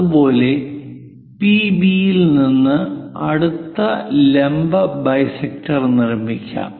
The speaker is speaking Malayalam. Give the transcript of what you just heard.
അതുപോലെ പിബി യിൽ നിന്ന് അടുത്ത ലംബ ബൈസെക്ടർ നിർമ്മിക്കാം